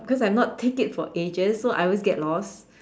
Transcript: because I'm not take it for ages so I always get lost